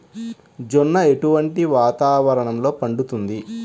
జొన్న ఎటువంటి వాతావరణంలో పండుతుంది?